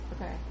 Okay